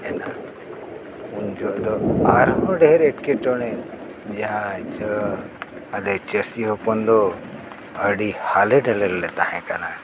ᱮᱱᱟ ᱩᱱ ᱡᱚᱦᱚᱜ ᱫᱚ ᱟᱨᱦᱚᱸ ᱰᱷᱮᱨ ᱮᱴᱠᱮᱴᱚᱬᱮ ᱡᱟᱦᱟᱸ ᱫᱚ ᱟᱞᱮ ᱪᱟᱹᱥᱤ ᱦᱚᱯᱚᱱ ᱫᱚ ᱟᱹᱰᱤ ᱦᱟᱞᱮ ᱰᱟᱞᱮ ᱨᱮᱞᱮ ᱛᱟᱦᱮᱸ ᱠᱟᱱᱟ